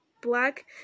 black